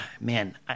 man